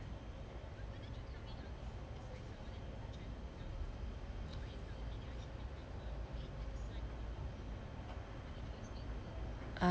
ah~